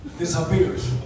disappears